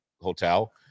hotel